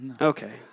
Okay